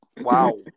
Wow